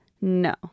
No